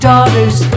Daughters